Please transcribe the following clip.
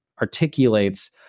articulates